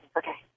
okay